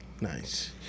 Nice